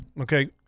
okay